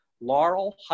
laurel